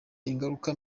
ingaruka